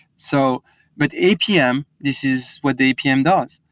so but apm, this is what the apm does.